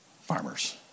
farmers